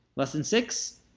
lesson six,